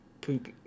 Poop